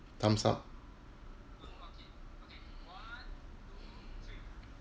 thumbs up